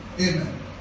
Amen